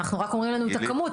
רק אומרים לנו את הכמות.